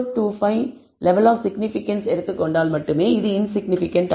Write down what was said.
025 level of significance எடுத்துக் கொண்டால் மட்டுமே அது இன்சிக்னிபிகன்ட் ஆகும்